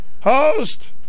Host